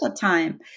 time